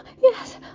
yes